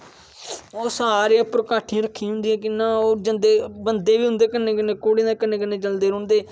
ओह् सारे उपर काठियां रक्खी दियां होदियां कियां ओह् जदे बंदे बी उंदे कन्नै कन्नै घोडे़ दे कन्नै चलदे रौहंदे